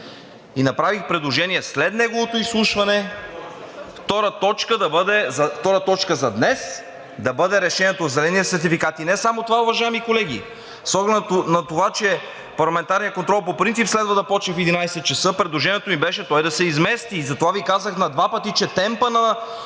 и направих предложение: след неговото изслушване т. 2 за днес да бъде решението за зеления сертификат. И не само това, уважаеми колеги. С оглед на това, че парламентарният контрол по принцип следва да започне в 11,00 ч., предложението ми беше той да се измести и затова Ви казах на два пъти, че темпът на